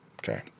okay